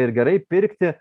ir gerai pirkti